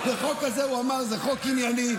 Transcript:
בחוק הזה הוא אמר: זה חוק ענייני,